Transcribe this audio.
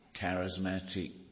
charismatic